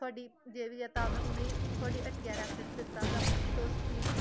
थुआड़ी जे बी ऐ तां में उ'नेंगी थुआढ़ी हट्टियै दा रेफरेंस दित्ता दा तुस प्लीज